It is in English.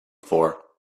for